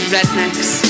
Rednecks